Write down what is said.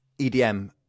EDM